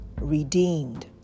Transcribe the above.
redeemed